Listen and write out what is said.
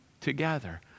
together